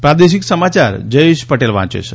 પ્રાદેશિક સમાચાર જયેશ પટેલ વાંચે છે